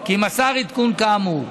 כי מסר עדכון כאמור.